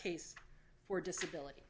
case for disability